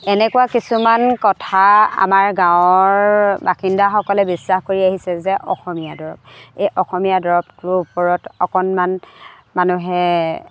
এনেকুৱা কিছুমান কথা আমাৰ গাঁৱৰ বাসিন্দাসকলে বিশ্বাস কৰি আহিছে যে অসমীয়া দৰৱ এই অসমীয়া দৰৱটোৰ ওপৰত অকণমান মানুহে